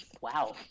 Wow